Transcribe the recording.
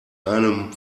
einem